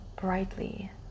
brightly